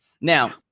Now